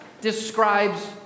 describes